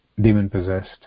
demon-possessed